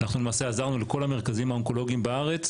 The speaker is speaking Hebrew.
אנחנו למעשה עזרנו לכל המרכזים האונקולוגים בארץ,